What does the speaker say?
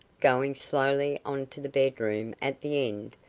going slowly on to the bedroom at the end,